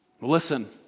Listen